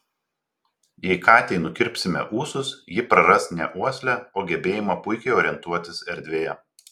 jei katei nukirpsime ūsus ji praras ne uoslę o gebėjimą puikiai orientuotis erdvėje